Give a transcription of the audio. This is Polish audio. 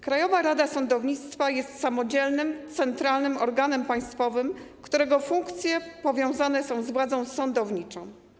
Krajowa Rada Sądownictwa jest samodzielnym, centralnym organem państwowym, którego funkcje powiązane są z władzą sądowniczą.